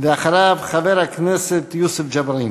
ואחריו, חבר הכנסת יוסף ג'בארין.